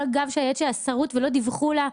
כל הגב של הילד שלה שרוט ולא דיווחו לה.